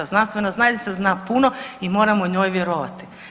Znanstvena zajednica zna puno i moramo njoj vjerovati.